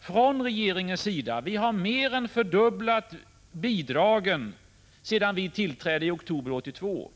från regeringens sida. Vi har mer än fördubblat bidragen sedan vi tillträdde i oktober 1982.